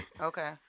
Okay